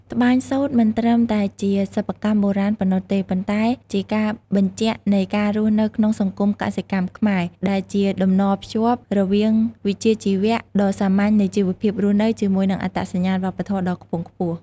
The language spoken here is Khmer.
ត្បាញសូត្រមិនត្រឹមតែជាសិប្បកម្មបុរាណប៉ុណ្ណោះទេ ប៉ុន្តែជាការបញ្ជាក់នៃការរស់នៅក្នុងសង្គមកសិកម្មខ្មែរ ដែលជាតំណភ្ជាប់រវាងវិជ្ជាជីវៈ ដ៏សាមញ្ញនៃជីវភាពរស់នៅ ជាមួយនឹងអត្តសញ្ញាណវប្បធម៌ដ៏ខ្ពង់ខ្ពស់។